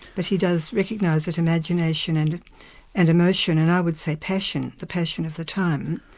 but he does recognise that imagination and and emotion, and i would say passion, the passion of the time,